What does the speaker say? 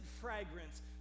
fragrance